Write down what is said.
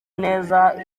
neza